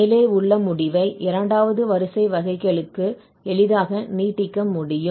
மேலே உள்ள முடிவை இரண்டாவது வரிசை வகைக்கெழுகளுக்கு எளிதாக நீட்டிக்க முடியும்